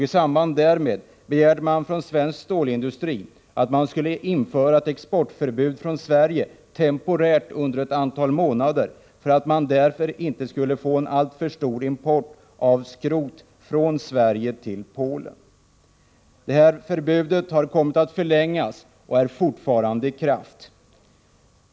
I samband därmed begärde man från svensk stålindustri att ett förbud mot export av skrot skulle införas i Sverige temporärt under ett antal månader för att man därmed skulle undvika en alltför stor export till Polen av skrot från Sverige. Detta förbud har kommit att förlängas och är fortfarande i kraft.